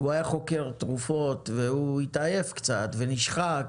הוא היה חוקר תרופות, והוא התעייף קצת ונשחק